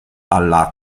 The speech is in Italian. alla